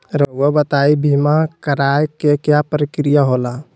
रहुआ बताइं बीमा कराए के क्या प्रक्रिया होला?